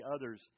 others